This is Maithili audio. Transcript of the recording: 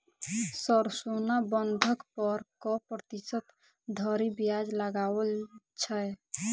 सर सोना बंधक पर कऽ प्रतिशत धरि ब्याज लगाओल छैय?